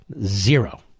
Zero